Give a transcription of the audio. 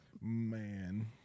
man